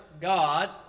God